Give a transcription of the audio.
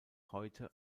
heute